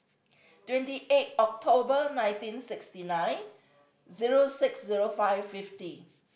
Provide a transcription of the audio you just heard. twenty eight October nineteen sixty nine zero six zero five fifty